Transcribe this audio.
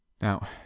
Now